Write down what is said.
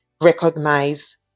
recognize